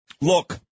Look